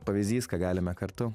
pavyzdys ką galime kartu